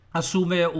assume